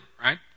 right